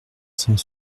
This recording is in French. cent